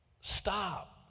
Stop